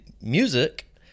music